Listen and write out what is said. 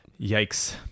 yikes